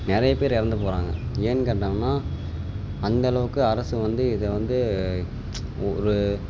நிறையப் பேர் இறந்துப் போகறாங்க ஏன்னு கேட்டோம்னா அந்தளவுக்கு அரசு வந்து இதை வந்து ஒ ஒரு